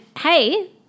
hey